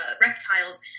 reptiles